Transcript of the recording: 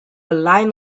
line